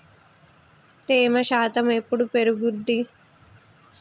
తేమ శాతం ఎప్పుడు పెరుగుద్ది?